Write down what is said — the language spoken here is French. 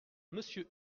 monsieur